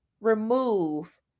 remove